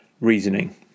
reasoning